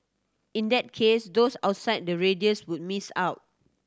in that case those outside the radius would miss out